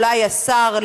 אולי השר,